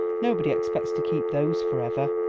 nobody expects to keep those forever.